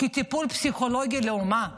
כטיפול פסיכולוגי לאומה,